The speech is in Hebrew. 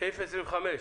סעיף 25,